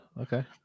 okay